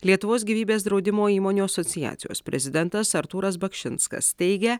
lietuvos gyvybės draudimo įmonių asociacijos prezidentas artūras bakšinskas teigia